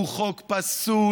הוא חוק פסול,